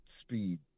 speed